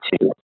two